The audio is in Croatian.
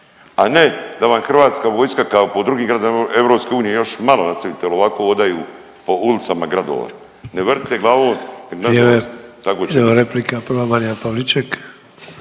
a ne da vam HV kao po drugim gradovima EU još malo nastavite li ovako odaju po ulicama gradova. Ne vrtite glavom